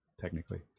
technically